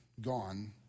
gone